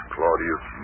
Claudius